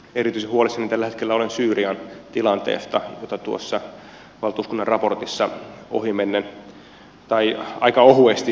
erityisen huolissani tällä hetkellä olen syyrian tilanteesta joka tuossa valtuuskunnan raportissa ohimennen aika ohuesti mainitaan